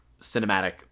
cinematic